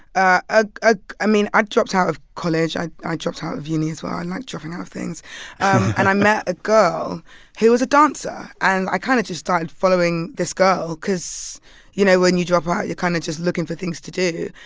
i ah ah i mean, i dropped out of college. i i dropped ah out of uni as well. i like dropping out of things and i met a girl who was a dancer. and i kind of just started following this girl cause you know, when you drop out, you're kind of just looking for things to do.